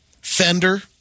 Fender